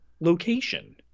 location